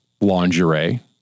lingerie